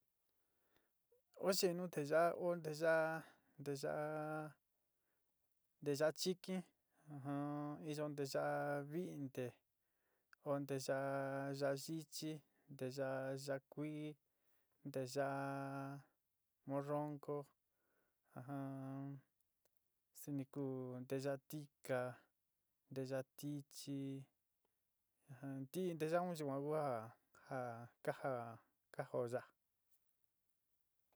Oó xeén nu teyaá un nteyaá, teyaá nteyaá chikɨ, nu iyo nteyá vinté, oó nteyá yaá yíchi, te nteya yaá kuí, teyaá morronco, suni ku nteyaá tiká, nteyaá tichí. ntí nteyaá un chi yuan ku já já ka jaá ka jaó yá.